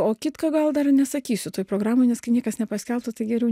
o kitką gal dar nesakysiu toj programoj nes kai niekas nepaskelbta tai geriau